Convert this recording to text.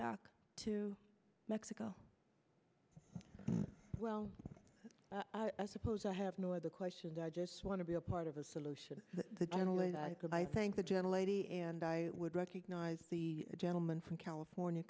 back to mexico well i suppose i have no other questions i just want to be a part of a solution the gentle way that i could i thank the general a d and i would recognize the gentleman from california